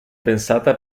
pensata